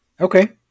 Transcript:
Okay